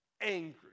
angry